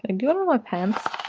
and do it on my pants?